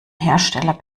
hersteller